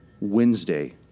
Wednesday